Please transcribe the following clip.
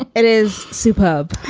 it is superb